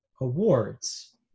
awards